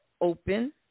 open